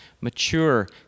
mature